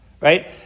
right